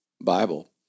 Bible